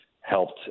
helped